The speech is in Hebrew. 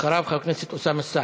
אחריו, חבר הכנסת אוסאמה סעדי.